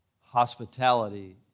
Hospitality